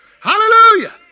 Hallelujah